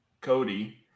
Cody